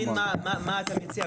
רגע, אני רוצה להבין מה אתה מציע?